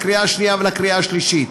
לקריאה שנייה ולקריאה שלישית.